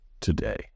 today